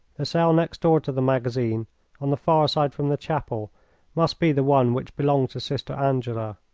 the cell next door to the magazine on the far side from the chapel must be the one which belonged to sister angela.